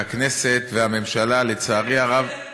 והכנסת והממשלה, לצערי הרב,